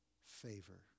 favor